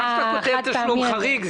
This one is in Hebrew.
כאשר אתה כותב "תשלום חריג",